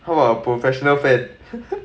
how about a professional fan